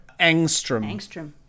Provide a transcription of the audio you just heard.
Angstrom